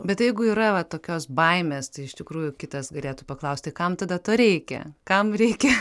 bet jeigu yra tokios baimės tai iš tikrųjų kitas galėtų paklausti kam tada to reikia kam reikia